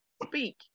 speak